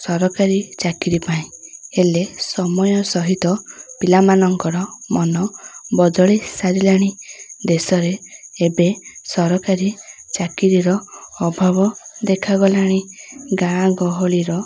ସରକାରୀ ଚାକିରୀ ପାଇଁ ହେଲେ ସମୟ ସହିତ ପିଲାମାନଙ୍କର ମନ ବଦଳି ସାରିଲାଣି ଦେଶରେ ଏବେ ସରକାରୀ ଚାକିରିର ଅଭାବ ଦେଖାଗଲାଣି ଗାଁ ଗହଳିର